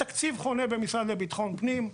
התקציב חונה במשרד לביטחון פנים,